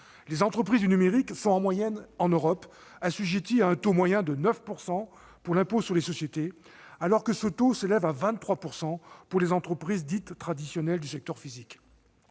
les entreprises du numérique étaient, en Europe, assujetties à un taux moyen de 9 % pour l'impôt sur les sociétés, alors que ce taux s'élevait à 23 % pour les entreprises dites traditionnelles du secteur physique.